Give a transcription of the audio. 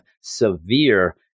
severe